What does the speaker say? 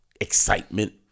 excitement